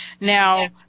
Now